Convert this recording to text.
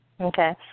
Okay